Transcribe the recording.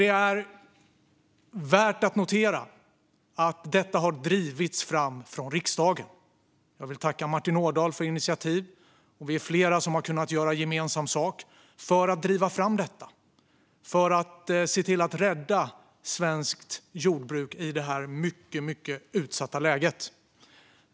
Det är värt att notera att detta har drivits fram av riksdagen. Jag vill tacka Martin Ådahl för initiativet. Vi är flera som kunnat göra gemensam sak för att driva fram detta, för att se till att rädda svenskt jordbruk i det här mycket utsatta läget.